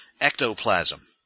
ectoplasm